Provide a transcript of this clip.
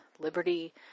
liberty